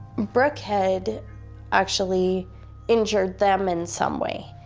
brooke had actually injured them in some way,